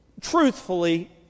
Truthfully